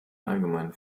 allgemeinen